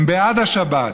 הם בעד השבת,